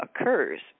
occurs